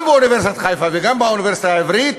גם באוניברסיטת חיפה וגם באוניברסיטה העברית,